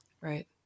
Right